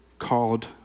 called